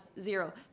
Zero